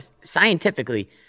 scientifically